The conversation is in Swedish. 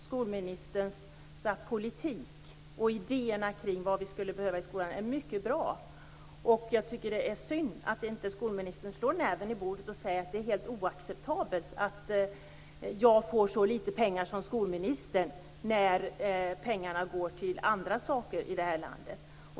Skolministerns politik och hennes idéer kring vad skolan skulle behöva är mycket bra, och det är synd att skolministern inte slår näven i bordet och säger att det är helt oacceptabelt att hon som skolminister får så litet pengar, när pengarna går till andra saker i det här landet.